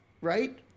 right